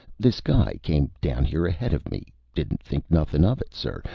this guy came down here ahead of me. didn't think nothing of it, sir.